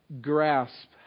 grasp